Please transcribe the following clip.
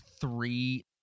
three